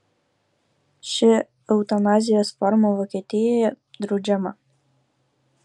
ši eutanazijos forma vokietijoje draudžiama